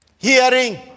Hearing